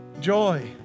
Joy